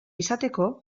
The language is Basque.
izateko